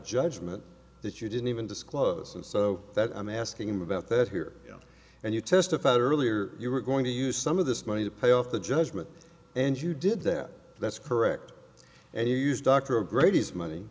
judgment that you didn't even disclose and so that i'm asking him about that here and you testified earlier you were going to use some of this money to pay off the judgment and you did that that's correct and you used dr grady's money